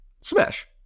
Smash